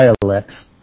dialects